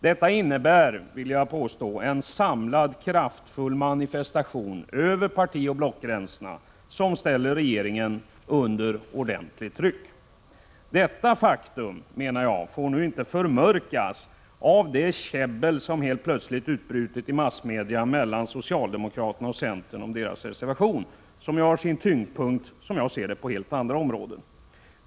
Jag vill påstå att detta innebär en samlad kraftfull manifestation över partioch blockgränserna, som ställer regeringen under ordentligt tryck. Detta faktum får nu inte förmörkas av det käbbel som helt plötsligt utbrutit i massmedia mellan socialdemokraterna och centern om denna reservation, som ju har sin tyngdpunkt på helt andra områden.